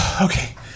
Okay